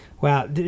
wow